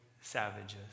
savages